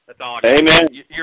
Amen